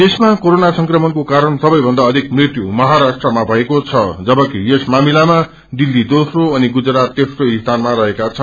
देशमा कोरोना संक्रमणको कारण सबै भन्दा अविक मृत्यु मझराष्ट्रमा भएको छ जबकि यस मामिलामा दिल्ली दोस्रो अनि गुजरात तेस्रो स्थानमा हेका छन्